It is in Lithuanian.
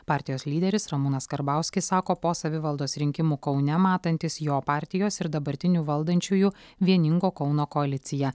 partijos lyderis ramūnas karbauskis sako po savivaldos rinkimų kaune matantis jo partijos ir dabartinių valdančiųjų vieningo kauno koaliciją